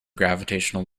gravitational